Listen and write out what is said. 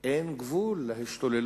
אין גבול להשתוללות